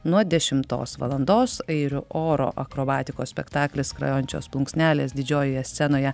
nuo dešimos valandos airių oro akrobatikos spektaklis skrajojančios plunksnelės didžiojoje scenoje